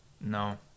No